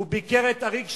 והוא ביקר את אריק שרון.